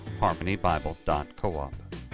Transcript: harmonybible.coop